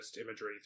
imagery